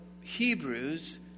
Hebrews